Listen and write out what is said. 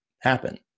happen